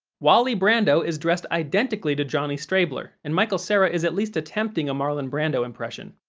wally brando is dressed identically to johnny strabler, and michael cera is at least attempting a marlon brando impression.